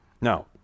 Now